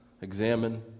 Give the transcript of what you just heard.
examine